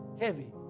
heavy